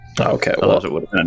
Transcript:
Okay